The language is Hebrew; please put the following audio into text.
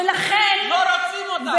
ולכן, לא רוצים אותה.